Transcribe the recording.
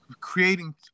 creating